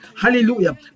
hallelujah